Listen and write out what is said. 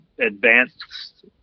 advanced